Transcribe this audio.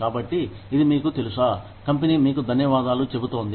కాబట్టి ఇది మీకు తెలుసా కంపెనీ మీకు ధన్యవాదాలు చెబుతోంది